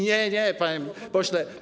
Nie, nie, panie pośle.